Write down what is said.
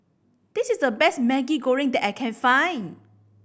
this is the best Maggi Goreng that I can find